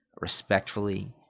respectfully